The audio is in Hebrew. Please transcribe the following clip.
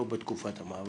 לא בתקופת המעבר,